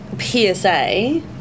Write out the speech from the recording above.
PSA